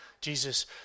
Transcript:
jesus